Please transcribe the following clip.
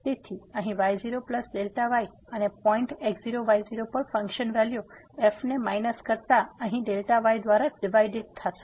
તેથી અહીં y0y અને પોઈન્ટ x0y0 પર ફંક્શન વેલ્યુ f ને માઈનસ કરતા અને અહીં y દ્વારા ડિવાઈડેડ છે